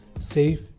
safe